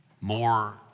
more